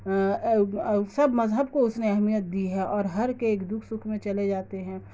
مذہب کو اس نے اہمیت دی ہے اور ہر کے ایک دکھ سکھ میں چلے جاتے ہیں